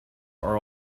are